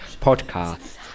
podcast